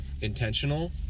intentional